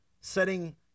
setting